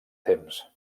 temps